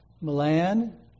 Milan